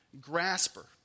grasper